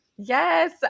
Yes